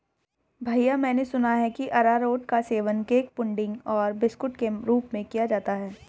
भैया मैंने सुना है कि अरारोट का सेवन केक पुडिंग और बिस्कुट के रूप में किया जाता है